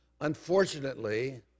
Unfortunately